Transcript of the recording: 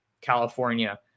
California